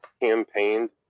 campaigned